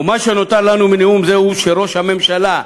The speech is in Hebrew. ומה שנותר לנו מנאום זה הוא שראש הממשלה,